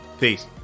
peace